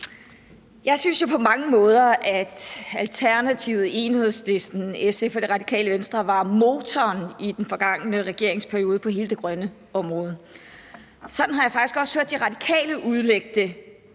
Jeg synes jo på mange måder at Alternativet, Enhedslisten, SF og Radikale Venstre i den forgangne regeringsperiode var motoren på hele det grønne område. Sådan har jeg faktisk også hørt De Radikale udlægge